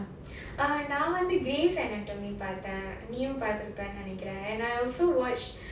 uh now நா வந்து:naa vanthu crime பார்த்தேன் நீயும் பார்த்திருப்பா என்று நினைக்கிறேன்:paarthaen neeyum paathirupaa endru ninaikkiraen and I also watched